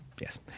Yes